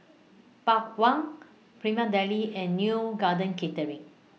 Bawang Prima Deli and Neo Garden Catering